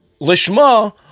Lishma